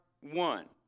one